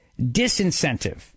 disincentive